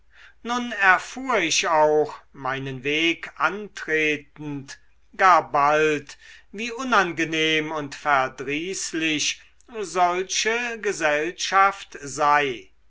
nun erfuhr ich auch meinen weg antretend gar bald wie unangenehm und verdrießlich solche gesellschaft sei